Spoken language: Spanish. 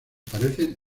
parecen